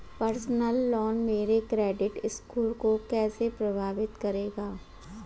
Personal loan मेरे credit score को कैसे प्रभावित करेगा?